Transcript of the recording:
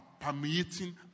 permeating